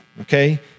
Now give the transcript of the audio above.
okay